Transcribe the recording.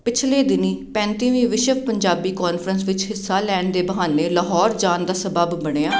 ਪਿਛਲੇ ਦਿਨੀਂ ਪੈਂਤੀਵੀਂ ਵਿਸ਼ਵ ਪੰਜਾਬੀ ਕੋਨਫਰੰਸ ਵਿੱਚ ਹਿੱਸਾ ਲੈਣ ਦੇ ਬਹਾਨੇ ਲਾਹੌਰ ਜਾਣ ਦਾ ਸਬੱਬ ਬਣਿਆ